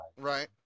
right